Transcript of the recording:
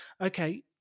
okay